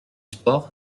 sport